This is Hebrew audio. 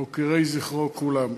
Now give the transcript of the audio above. מוקירי זכרו כולם,